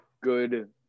good